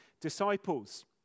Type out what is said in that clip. disciples